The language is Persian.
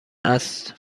است